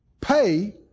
Pay